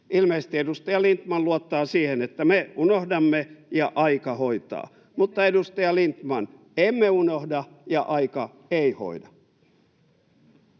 Ilmeisesti edustaja Lindtman luottaa siihen, että me unohdamme ja aika hoitaa, [Sari Sarkomaa: Emme unohda!] mutta edustaja Lindtman, emme unohda, ja aika ei hoida.